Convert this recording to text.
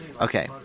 Okay